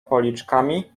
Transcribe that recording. policzkami